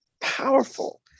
powerful